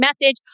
message